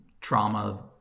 trauma